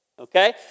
Okay